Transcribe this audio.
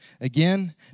Again